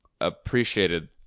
appreciated